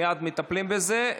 מייד מטפלים בזה.